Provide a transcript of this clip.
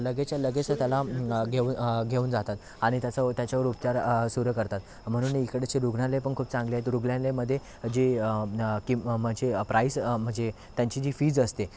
लगेच्या लगेच त्याला घेऊन घेऊन जातात आणि त्याचावं त्याच्यावर उपचार सुरू करतात म्हणून इकडचे रुग्णालय पण खूप चांगलेत रुग्णालयमध्ये जे की मजे प्राईस म्हणजे त्यांची जी फीज असते